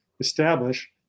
establish